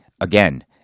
again